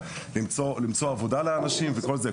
למצוא עבודה לאנשים וכל זה,